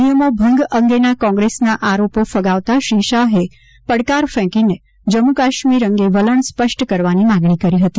નિયમો ભંગ અંગેના કોંગ્રેસના આરોપો ફગાવતા શ્રી શાહે પડકાર ફેંકીને જમ્મુકાશ્મીર અંગે વલણ સ્પષ્ટ કરવાની માગણી કરી હતી